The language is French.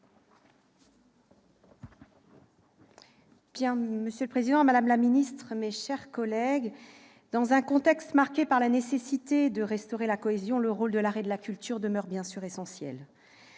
Monsieur le président, madame la ministre, mes chers collègues, dans un contexte marqué par la nécessité de restaurer la cohésion sociale, le rôle de l'art et de la culture demeure essentiel.